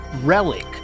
relic